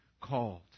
called